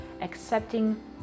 accepting